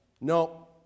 no